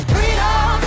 Freedom